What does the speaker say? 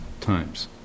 times